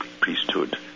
priesthood